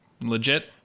legit